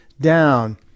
down